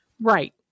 Right